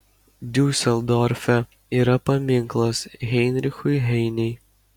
diuseldorfe yra paminklas heinrichui heinei